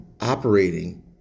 operating